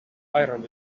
iron